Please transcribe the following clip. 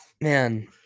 man